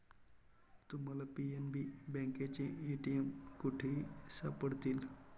तुम्हाला पी.एन.बी बँकेचे ए.टी.एम कुठेही सापडतील